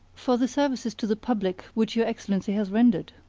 for the services to the public which your excellency has rendered.